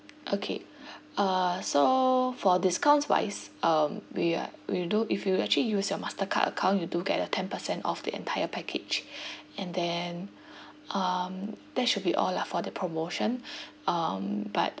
okay uh so for discounts wise um we are we do if you actually use your mastercard account you do get a ten percent off the entire package and then um that should be all lah for the promotion um but